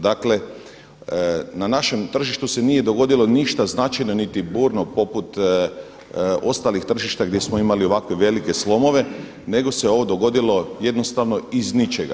Dakle, na našem tržištu se nije dogodilo ništa značajno niti burno poput ostalih tržišta gdje smo imali ovakve velike slomove nego se ovo dogodilo jednostavno iz ničega.